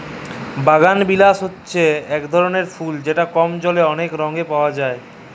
বাগালবিলাস হছে ইক রকমের ফুল যেট কম জলে অলেক রঙে পাউয়া যায়